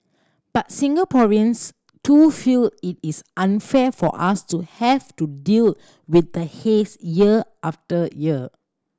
but Singaporeans too feel it is unfair for us to have to deal with the haze year after year